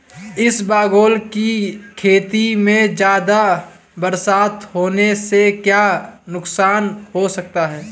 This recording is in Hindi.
इसबगोल की खेती में ज़्यादा बरसात होने से क्या नुकसान हो सकता है?